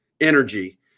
energy